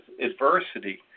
adversity